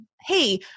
Hey